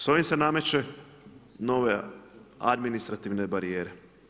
S ovim se nameću nove administrativne barijere.